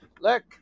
Look